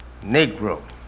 Negro